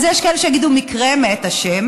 אז יש כאלה שיגידו, מקרה מאת השם.